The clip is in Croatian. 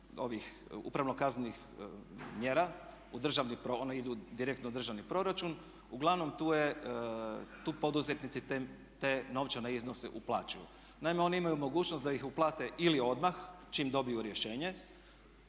upravno kaznenih mjera u državni, one idu direktno u državni proračun uglavnom tu je, tu poduzetnici te novčane iznose uplaćuju. Naime, oni imaju mogućnost da ih uplate ili odmah, čim dobiju rješenje,